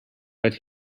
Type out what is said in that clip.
but